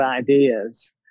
ideas